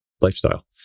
lifestyle